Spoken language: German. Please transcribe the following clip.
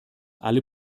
alle